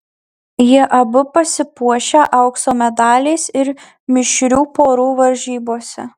jie abu pasipuošė aukso medaliais ir mišrių porų varžybose